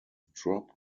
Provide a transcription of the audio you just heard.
dropped